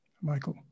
Michael